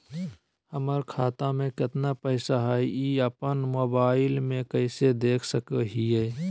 हमर खाता में केतना पैसा हई, ई अपन मोबाईल में कैसे देख सके हियई?